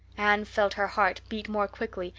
anne felt her heart beat more quickly,